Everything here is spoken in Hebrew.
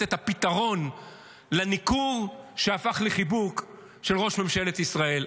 את הפתרון לניכור שהפך לחיבוק של ראש ממשלת ישראל.